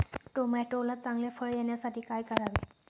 टोमॅटोला चांगले फळ येण्यासाठी काय करावे?